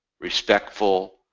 respectful